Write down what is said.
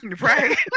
right